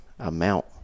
amount